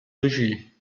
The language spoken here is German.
regie